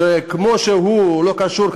שכמו שהוא לא קשור,